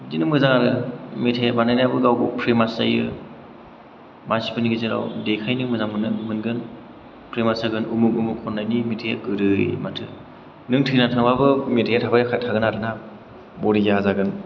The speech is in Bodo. बिदिनो मोजां आरो मेथाइ बानायनायाबो गावबो फेमास जायो मानसिफोरनि गेजेराव देखायनो मोजां मोनो मोनगोन फेमास जागोन उमुग उमुग खननायनि बिदि गोदै माथो नों थैना थाबाबो मेथाइया थाबाय थागोन आरो ना बरिया जागोन